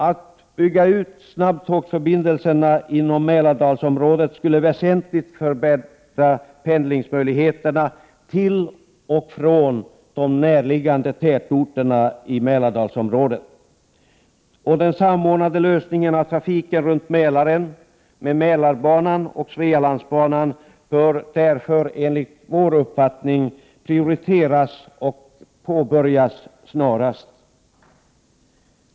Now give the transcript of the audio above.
Utbyggda snabbtågsförbindelser inom Mälardalsområdet skulle väsentligt förbättra pendlingsmöjligheterna till och från närliggande tätorter. Den samordnade lösningen av trafiken runt Mälaren med Mälarbanan och Svealandsbanan bör därför prioriteras och påbörjas snarast.